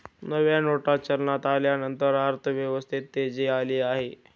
नव्या नोटा चलनात आल्यानंतर अर्थव्यवस्थेत तेजी आली आहे